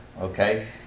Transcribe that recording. okay